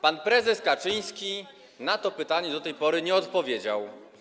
Pan prezes Kaczyński na to pytanie do tej pory nie odpowiedział.